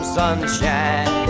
sunshine